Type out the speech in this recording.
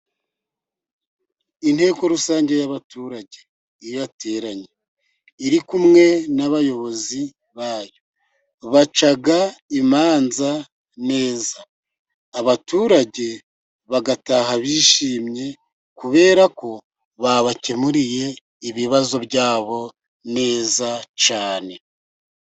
Inteko rusange y'abaturage iyo iteranye iri kumwe n'abayobozi bayo, baca imanza neza abaturage bagataha bishimye, kubera ko babakemuriye ibibazo byabo neza cyane.